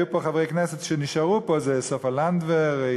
חברי כנסת שנשארו פה הם סופה לנדבר,